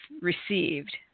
received